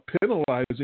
penalizing